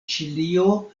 ĉilio